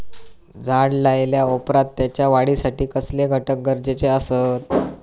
झाड लायल्या ओप्रात त्याच्या वाढीसाठी कसले घटक गरजेचे असत?